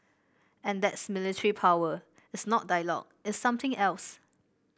and that's military power it's not dialogue it's something else